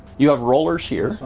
you have rollers here,